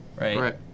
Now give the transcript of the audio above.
Right